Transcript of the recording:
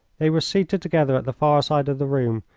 they were seated together at the far side of the room,